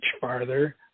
farther